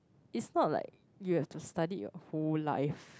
is not like you have to study your whole life